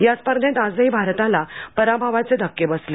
या स्पर्धेत आजही भारताला पराभवाचे धक्के बसले